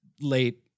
late